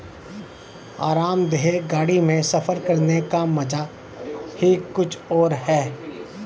आरामदेह गाड़ी में सफर करने का मजा ही कुछ और है